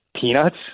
peanuts